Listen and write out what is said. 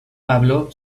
pablo